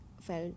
felt